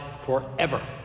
forever